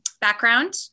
background